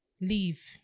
leave